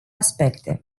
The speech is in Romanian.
aspecte